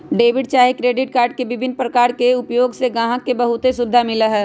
debit चाहे credit card के विभिन्न प्रकार के उपयोग से गाहक के बहुते सुभिधा मिललै ह